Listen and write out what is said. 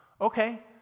okay